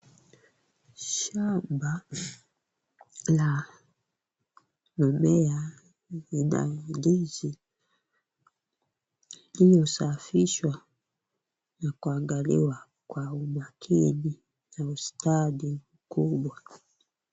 Shamba la mimea ni la ndizi, lililosafishwa na kuangaliwa kwa umakini na ustadi mkubwa.